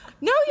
no